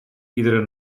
iedere